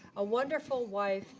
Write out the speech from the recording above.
a wonderful wife,